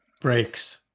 breaks